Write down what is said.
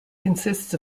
consists